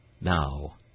Now